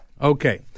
Okay